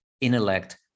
intellect